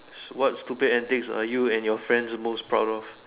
s~ what stupid antics are you and your friends most proud of